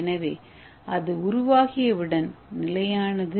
எனவே அது உருவாகியவுடன் நிலையானது